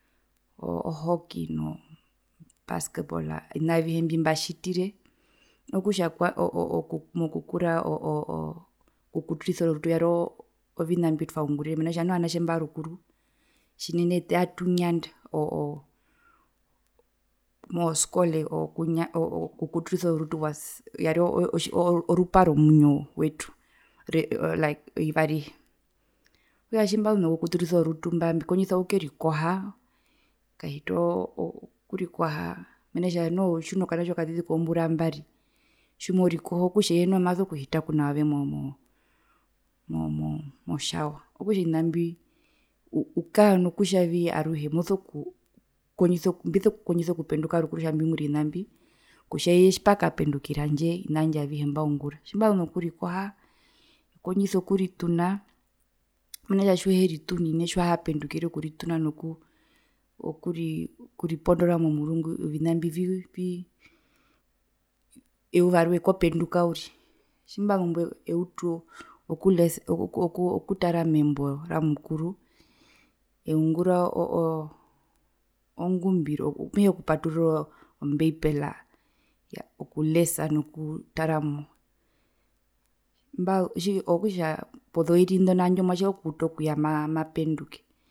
Ohookie no basketball okutja ovina mbi avihe mbatjitire okutja kwami mokura oo oo okukurisa orutu yari ovina mbitwaungurire mena rokutja noho vanatje imba varukuru tjinene ete aatunyanda oo oo moskole oo o okukuturisa orutu yari orupa rominyo vyetu like eyua arihe okutja tjimbazu nokukuturisa orutu mba mbikondjisa okukerikoha ekahita okurikoha mena rokutja noho tjiuno kanatje okatiti kozombura mbari tjimorikoho, okutja eye noho maso kuhita kunaove mo mo motjawa okutja ovina mbi ukaa nokutjavii aruhe moso kuu kondjisa okupenduka rukuru kutja mbiungure ovina mbi kutja eye pakapendukira tjandje ovina vyandje avihe mbaungura. Tjimbazu nokurikoha mbikondjisa okurituna mena rokutja tjiuheri tunine tjiuhapendukire okurituna nokurii nokuri pondora momurungu ovina mbi vii vi eyua rwee kopenduka uriri tjimbazumbo eutu okutara membo ra mukuru eungura oo oo ongumbiro mehee okupaturura oo ombeipela iyaa okulesa nokutaramo, okutja pozoiri ndo handje omwatje ookuto kuya mapenduke.